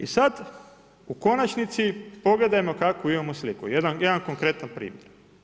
I sad u konačnici pogledajmo kakvu imamo sliku, jedan konkretan primjer.